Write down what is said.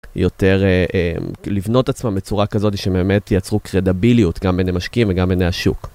יותר לבנות עצמם בצורה כזאת שבאמת ייצרו קרדביליות גם בעיניי המשקיעים וגם בעיניי השוק.